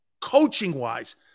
coaching-wise